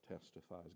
testifies